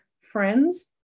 friends